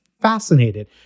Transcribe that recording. fascinated